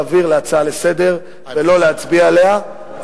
להעביר כהצעה לסדר-היום ולא להצביע עליה,